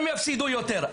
הם יפסידו יותר.